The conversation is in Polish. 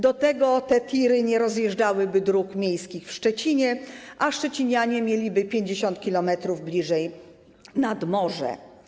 Do tego te tiry nie rozjeżdżałby dróg miejskich w Szczecinie, a szczecinianie mieliby 50 km bliżej nad morze.